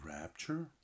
rapture